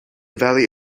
valley